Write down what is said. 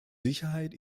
sicherheit